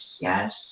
Yes